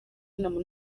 inama